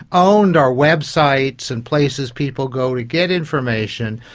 owned are websites and places people go to get information,